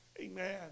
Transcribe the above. amen